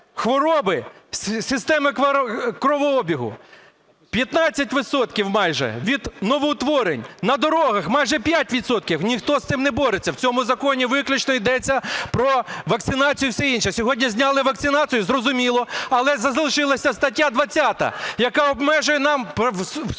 хвороби системи кровообігу, 15 відсотків майже – від новоутворень, на дорогах – майже 5 відсотків. Ніхто з цим не бореться. У цьому законі виключно йдеться про вакцинацію і все інше. Сьогодні зняли вакцинацію, зрозуміло. Але залишилася стаття 20, яка обмежує нам